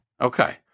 Okay